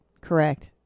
Correct